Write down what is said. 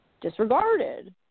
disregarded